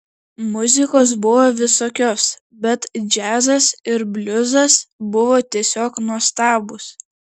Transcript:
muzikos buvo visokios bet džiazas ir bliuzas buvo tiesiog nuostabūs